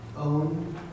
own